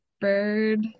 bird